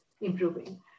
improving